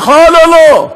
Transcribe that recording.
אתה נותן לי לענות,